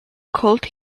called